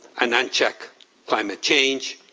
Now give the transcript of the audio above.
and unchecked climate change,